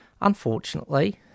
unfortunately